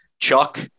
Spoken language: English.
Chuck